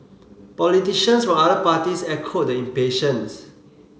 politicians from other parties echoed the impatience